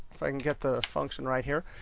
can get the function right here,